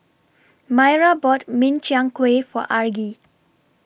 Maira bought Min Chiang Kueh For Argie